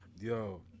Yo